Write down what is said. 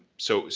so,